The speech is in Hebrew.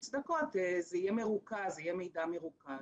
עסקאות משותפות ושותפים בנכסים.